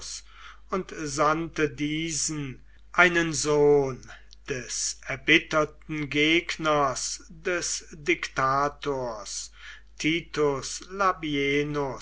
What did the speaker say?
und sandte diesen einen sohn des erbitterten gegners des diktators titus labienus